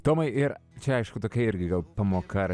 tomai ir čia aišku tokia irgi pamoka